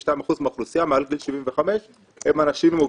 52% מהאוכלוסייה מעל גיל 75 הם אנשים עם מוגבלות.